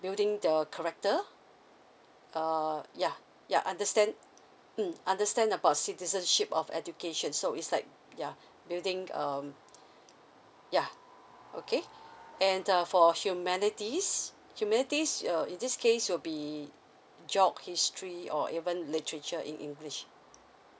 building the character uh ya ya understand mm understand about citizenship of education so is like ya building um ya okay and uh for humanities humanities uh in this case will be geo history or even literature in english